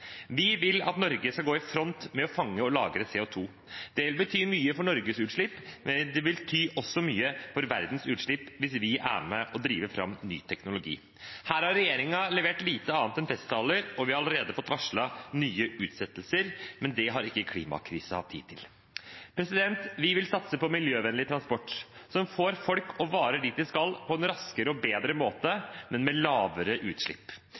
Vi vil at Norge skal gå i front med å fange og lagre CO 2 . Det vil bety mye for Norges utslipp, men det vil også bety mye for verdens utslipp hvis vi er med og driver fram ny teknologi. Her har regjeringen levert lite annet enn festtaler, og vi har allerede fått varsel om nye utsettelser, men det har ikke klimakrisen tid til. Vi vil satse på miljøvennlig transport, som får folk og varer dit de skal på en raskere og bedre måte, men med lavere utslipp.